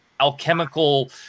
alchemical